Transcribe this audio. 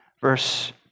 verse